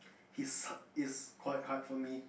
his it's quite hard for me